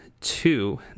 two